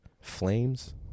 flames